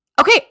okay